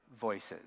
voices